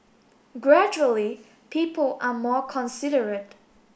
gradually people are more considerate